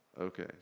Okay